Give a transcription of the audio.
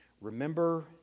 Remember